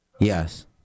Yes